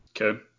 Okay